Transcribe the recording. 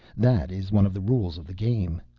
that is one of the rules of the game.